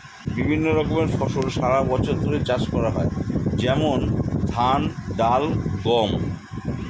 বিভিন্ন রকমের ফসল সারা বছর ধরে চাষ করা হয়, যেমন ধান, ডাল, গম